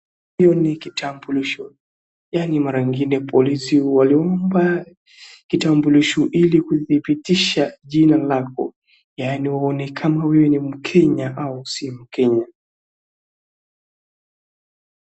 Hii ni kitambulisho, yaani mara ingine polisi huwa waliunda kitambuliso ili kudhibitisha jina lako, yaani waone kama huyu ni mkenya au si mkenya.